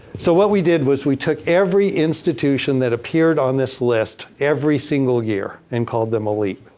so what we did was we took every institution that appeared on this list every single year and called them elite.